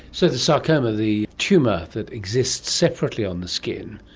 so the sarcoma, the tumour that exits separately on the skin,